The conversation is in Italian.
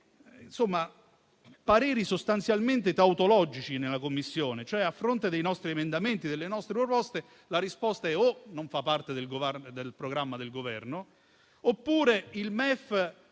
infine pareri sostanzialmente tautologici nella Commissione. A fronte dei nostri emendamenti e delle nostre proposte, la risposta è: o che non fa parte del programma del Governo, oppure che il MEF